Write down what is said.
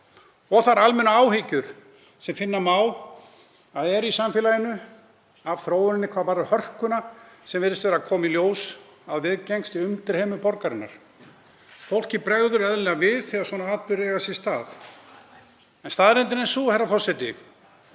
í borg og almennar áhyggjur má finna í samfélaginu af þróuninni hvað varðar hörkuna sem virðist vera að koma í ljós að viðgengst í undirheimum borgarinnar. Fólki bregður eðlilega við þegar svona atburðir eiga sér stað en staðreyndin er sú, herra forseti,